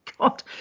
God